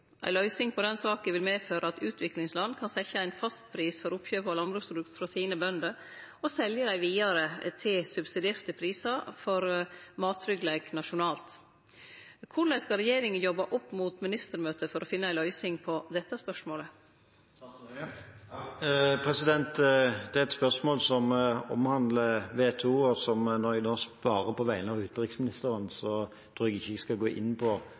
Ei løysing på den saka vil medføre at utviklingsland kan setje ein fastpris for oppkjøp av landbruksprodukt frå sine bønder og selje dei vidare til subsidierte prisar for mattryggleik nasjonalt. Korleis skal regjeringa jobbe opp mot ministermøtet for å finne ei løysing på dette spørsmålet? Det er et spørsmål som omhandler WTO, og når jeg nå svarer på vegne av utenriksministeren, tror jeg ikke jeg skal gå inn på